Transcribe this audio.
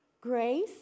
grace